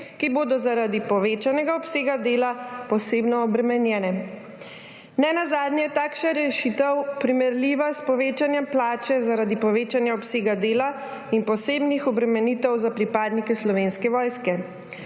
ki bodo zaradi povečanega obsega dela posebno obremenjene. Nenazadnje je takšna rešitev primerljiva s povečanjem plače zaradi povečanja obsega dela in posebnih obremenitev za pripadnike Slovenske vojske.